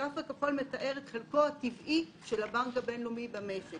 הגרף הכחול מתאר את חלקו הטבעי של הבנק הבינלאומי במשק.